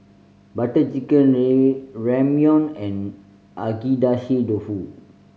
Butter Chicken Ramyeon and Agedashi Dofu